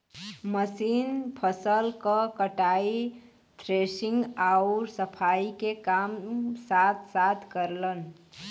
machine फसल क कटाई, थ्रेशिंग आउर सफाई के काम साथ साथ करलन